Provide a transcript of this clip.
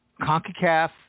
CONCACAF